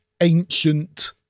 ancient